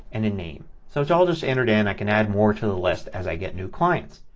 and a name. so it's all just entered in. i can add more to the list as i get new clients.